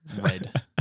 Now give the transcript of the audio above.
Red